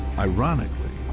ironically,